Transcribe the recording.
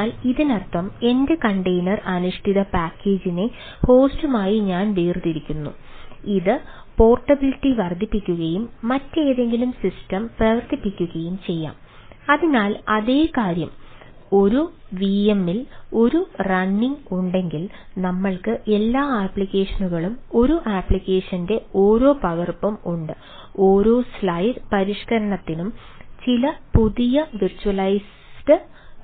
അതിനാൽ ഇതിനർത്ഥം എന്റെ കണ്ടെയ്നർ